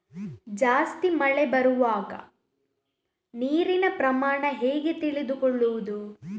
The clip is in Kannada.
ಜಾಸ್ತಿ ಮಳೆ ಬರುವಾಗ ನೀರಿನ ಪ್ರಮಾಣ ಹೇಗೆ ತಿಳಿದುಕೊಳ್ಳುವುದು?